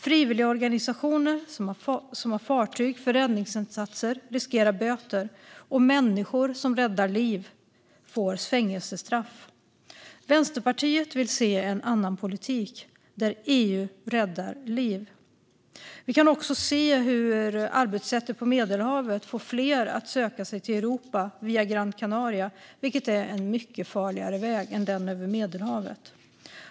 Frivilligorganisationer som har fartyg för räddningsinsatser riskerar böter, och människor som räddar liv får fängelsestraff. Vänsterpartiet vill se en annan politik där EU räddar liv. Vi kan också se hur arbetssättet på Medelhavet får fler att söka sig till Europa via Gran Canaria, vilket är en mycket farligare väg än den över Medelhavet.